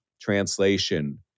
translation